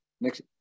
next